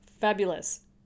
Fabulous